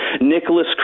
Nicholas